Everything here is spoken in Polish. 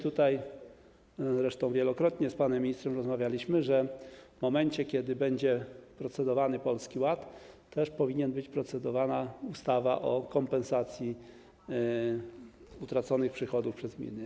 Tutaj zresztą wielokrotnie o tym z panem ministrem rozmawialiśmy, że w momencie, w którym będzie procedowany Polski Ład, powinna być też procedowana ustawa o kompensacji utraconych przychodów przez gminy.